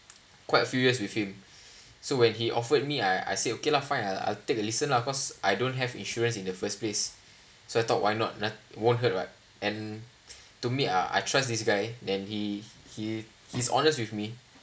quite few years with him so when he offered me I I said okay lah fine I'll take a listen lah cause I don't have insurance in the first place so I thought why not won't hurt right and to me ah I I trust this guy then he he he's honest with me